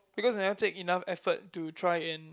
because I never take enough effort to try and